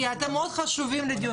אתם מאוד חשובים לדיון.